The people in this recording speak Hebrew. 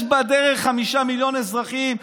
יש בדרך חמישה מיליון אזרחים,